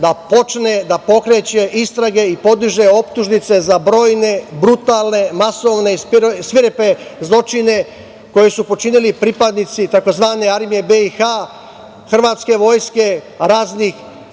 da počne da pokreće istrage i podiže optužnice za brojne brutalne, masovne i svirepe zločine koje su počinili pripadnici tzv. armije BiH, hrvatske vojske, raznih